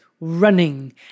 running